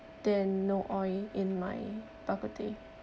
then no oil in my bak kut teh